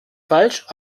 falsch